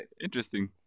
Interesting